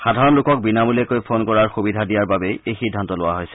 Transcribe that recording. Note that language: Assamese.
সাধাৰণ লোকক বিনামূলীয়াকৈ ফন কৰাৰ সুবিধা দিয়াৰ বাবেই এই সিদ্ধান্ত লোৱা হৈছে